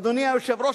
אדוני היושב-ראש,